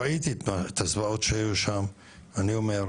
ראיתי את הזוועות שהיו שם ואני אומר,